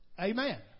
Amen